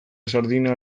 sardina